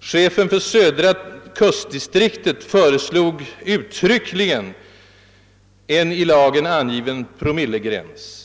Chefen för Södra kustdistriktet föreslog uttryckligen en i lagen angiven promillegräns.